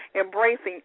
embracing